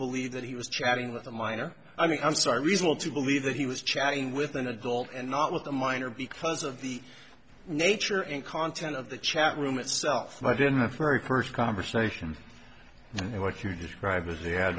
believe that he was chatting with a minor i mean i'm sorry reasonable to believe that he was chatting with an adult and not with a minor because of the nature and content of the chat room itself i didn't a fairy first conversation and what you described as they had